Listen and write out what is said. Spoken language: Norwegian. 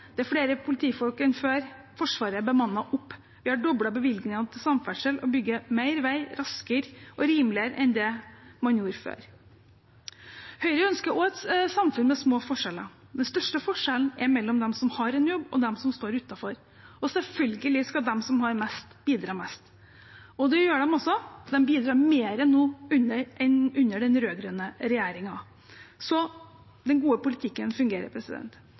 det er flere politifolk enn før, Forsvaret er bemannet opp, vi har doblet bevilgningene til samferdsel og bygger mer vei raskere og rimeligere enn man gjorde før. Høyre ønsker også et samfunn med små forskjeller. Den største forskjellen er mellom de som har en jobb, og de som står utenfor. Og selvfølgelig skal de som har mest, bidra mest, og det gjør de også. De bidrar mer nå enn under den rød-grønne regjeringen. Den gode politikken fungerer,